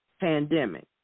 pandemic